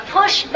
push